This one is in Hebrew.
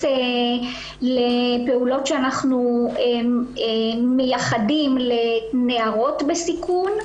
לפעולות שאנחנו מייחדים לנערות בסיכון,